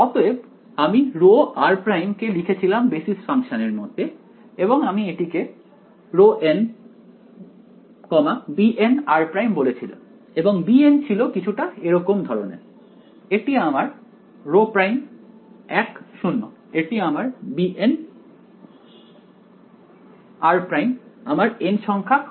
অতএব আমি ρr′ কে লিখেছিলাম বেসিস ফাংশানের মতে এবং আমি এটিকে ρn bnr′ বলেছিলাম এবং bn ছিল কিছুটা এরকম ধরনের এটি আমার r' 1 0 এটি আমার bnr′ আমার n সংখ্যক অংশ